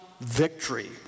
victory